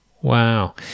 Wow